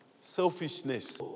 selfishness